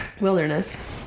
wilderness